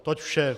Toť vše.